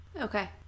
okay